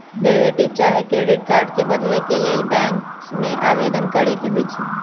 debit चाहे credit card के बदले के लेल बैंक में आवेदन करेके होइ छइ